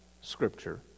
Scripture